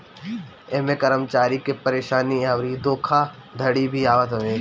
इमें कर्मचारी के परेशानी अउरी धोखाधड़ी भी आवत हवे